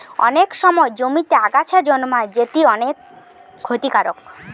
অনেক সময় জমিতে আগাছা জন্মায় যেটি অনেক ক্ষতিকারক